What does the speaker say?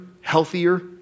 healthier